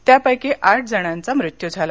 त्यापैकी आठ जणांचा मृत्यू झाला